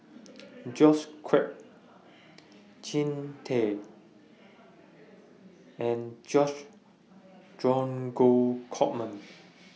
George Quek Jean Tay and George Dromgold Coleman